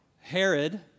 Herod